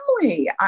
family